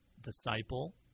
disciple